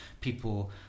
people